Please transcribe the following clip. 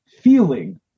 feeling